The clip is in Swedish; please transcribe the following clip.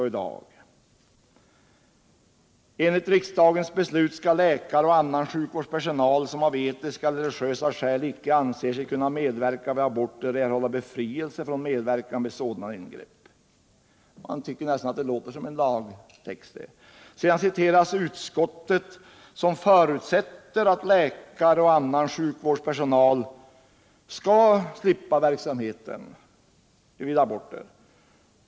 a. står det: ”Enligt riksdagens beslut skall läkare och annan sjukvårdspersonal, som av etiska eller religiösa skäl icke anser sig kunna medverka vid aborter, erhålla befrielse från medverkan vid sådana ingrepp.” Man tycker nästan att det låter som en lagtext. Därefter citeras utskottsbetänkandet, som förutsätter att läkare och annan sjukvårdspersonal som har betänkligheter skall slippa att medverka vid abortingrepp.